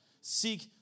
Seek